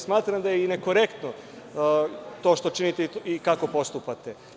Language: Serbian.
Smatram da je i nekorektno to što činite i kako postupate.